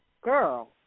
girl